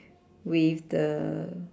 with the